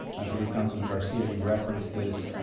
i believe councilman garcia you reference this